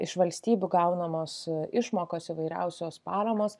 iš valstybių gaunamos išmokos įvairiausios paramos